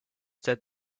that